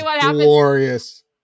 Glorious